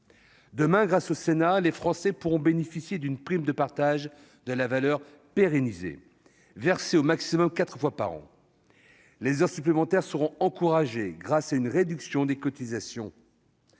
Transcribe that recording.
Demain, grâce au Sénat, les Français pourront bénéficier d'une prime de partage de la valeur pérennisée, versée au maximum quatre fois par an. Les heures supplémentaires seront encouragées, grâce à une réduction de cotisations